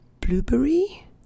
blueberry